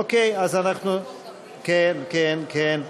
אוקיי, אז אנחנו, כן, כן, כן.